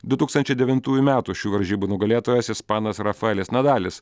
du tūkstančiai devintųjų metų šių varžybų nugalėtojas ispanas rafaelis nadalis